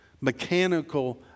mechanical